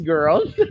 Girls